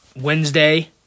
Wednesday